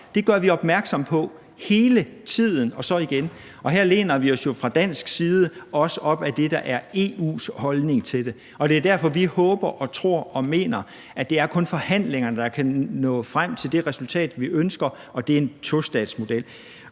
Det gør vi opmærksom på hele tiden og så igen. Her læner vi os jo fra dansk side også op ad det, der er EU's holdning til det. Det er derfor, at vi håber og tror og mener, at det kun er forhandlinger, der kan nå frem til det resultat, vi ønsker, og det er en tostatsmodel.